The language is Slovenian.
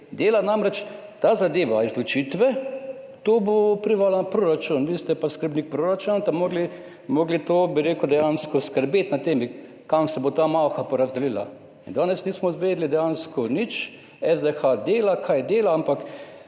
dela. Namreč, ta zadeva izločitve, to bo vplivalo na proračun, vi ste pa skrbnik proračuna, boste morali dejansko, bi rekel, bdeti nad tem, kam se bo ta malha porazdelila. In danes nismo izvedeli dejansko nič, SDH dela, kaj dela, ampak